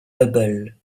hubble